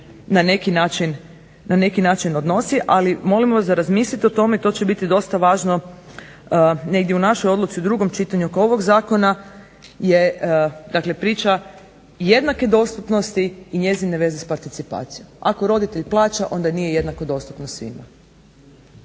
na neki način odnosi. Ali, molimo vas da razmislite o tome i to će biti dosta važno negdje u našoj odluci u drugom čitanju oko ovog zakona je dakle priča jednake dostupnosti i njezine veze s participacijom. Ako roditelj plaća onda nije jednako dostupno svima